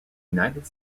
united